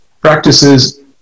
practices